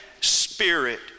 spirit